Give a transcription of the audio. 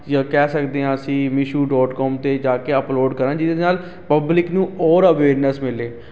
ਜਾਂ ਕਹਿ ਸਕਦੇ ਹਾਂ ਅਸੀਂ ਮੀਸ਼ੋ ਡੋਟ ਕੋਮ 'ਤੇ ਜਾ ਕੇ ਅਪਲੋਡ ਕਰਨ ਜਿਹਦੇ ਨਾਲ ਪਬਲਿਕ ਨੂੰ ਔਰ ਅਵੇਰਨੈੱਸ ਮਿਲੇ